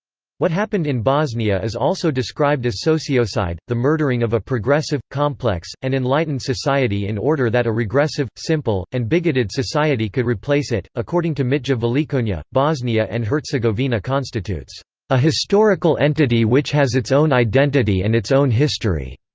what happened in bosnia is also described as sociocide, the murdering of a progressive, complex, and enlightened society in order that a regressive, simple, and bigoted society could replace it according to mitja velikonja, bosnia and herzegovina constitutes a historical entity which has its own identity and its own history.